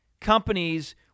companies